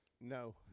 No